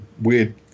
weird